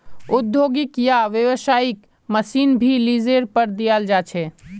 औद्योगिक या व्यावसायिक मशीन भी लीजेर पर दियाल जा छे